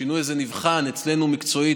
השינוי הזה נבחן אצלנו מקצועית,